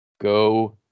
Go